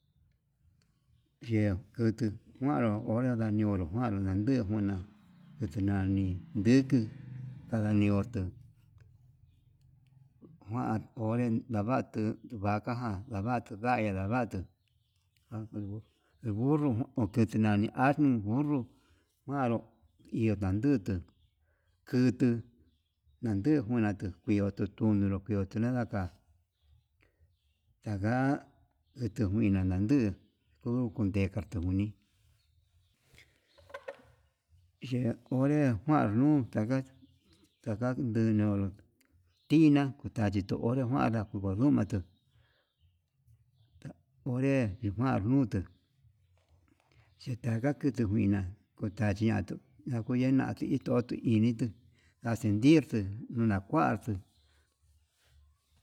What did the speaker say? Ye'e kutu kuaro hora ndañonró, kuando nani nguna atu nani nduku andaniotu kuan onre ndavatuu vaca jan ndavatu ndai, ndedadatu a burro ho kiti nani asno ananró iho nandutu kutu nandi njunatu iho tun tunduru iho tu nadaka, ndanga kueto nina ndandu onrú kundeka kuni yee onre njuanuu ndanga ndaga niu nunró tinaá onrachitu onre kuanda ngungundu mentuu ta'a onre ninjuan ndutu yetaka kuito njuina ochaniatu kuina into tuu kuini tuu asentir tuu, nakuantu.